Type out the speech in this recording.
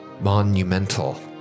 monumental